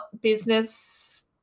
business